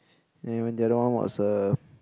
then the other one was a